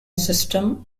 system